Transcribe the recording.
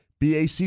BAC